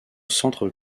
centre